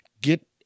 Get